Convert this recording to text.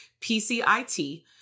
PCIT